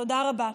תודה רבה.